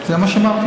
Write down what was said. כן, זה מה שאמרתי.